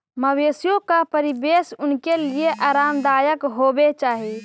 मवेशियों का परिवेश उनके लिए आरामदायक होवे चाही